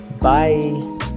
bye